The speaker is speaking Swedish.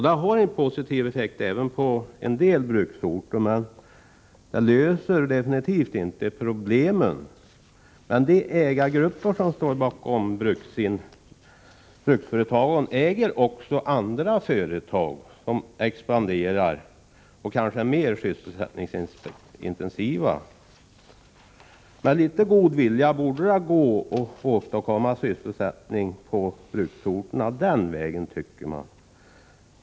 Det har en positiv effekt på en del bruksorter, men det löser definitivt inte problemen. De ägargrupper som står bakom bruksföretagen äger också andra företag, som expanderar och kanske är mer sysselsättningsintensiva. Med litet god vilja borde det gå att åstadkomma sysselsättning på bruksorterna den vägen.